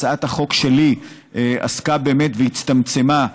הצעת החוק שלי עסקה באמת, והצטמצמה,